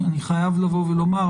אני חייב לומר,